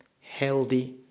healthy